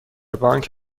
بانک